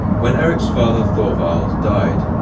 when erik's father thorvald died,